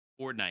Fortnite